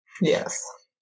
yes